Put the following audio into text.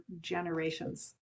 generations